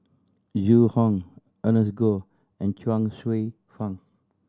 Zhu Hong Ernest Goh and Chuang Hsueh Fang